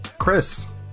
chris